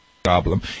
Problem